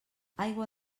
aigua